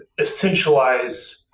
essentialize